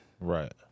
Right